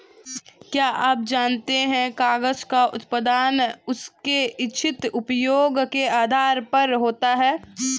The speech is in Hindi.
क्या आप जानते है कागज़ का उत्पादन उसके इच्छित उपयोग के आधार पर होता है?